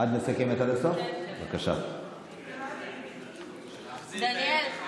אדוני היושב-ראש הנכבד,